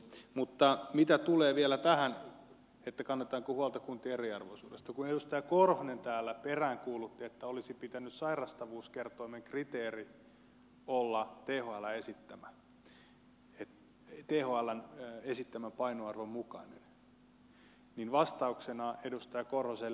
mutta mitä tulee vielä tähän kannetaanko huolta kuntien eriarvoisuudesta niin kun edustaja korhonen täällä peräänkuulutti että olisi pitänyt sairastavuuskertoimen kriteerin olla thln esittämän painoarvon mukainen niin vastauksena edustaja korhoselle